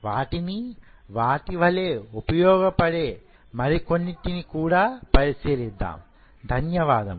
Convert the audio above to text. వాటిని వాటి వలె ఉపయోగ పడే మరి కొన్నిటిని పరిశీలిద్దాం ధన్యవాదములు